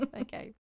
Okay